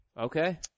Okay